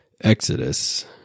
Exodus